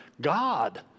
God